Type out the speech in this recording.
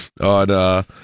on